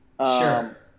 Sure